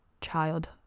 child